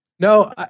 No